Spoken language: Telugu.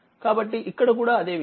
కాబట్టిఇక్కడ కూడా అదే విషయం